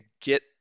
get